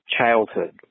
childhood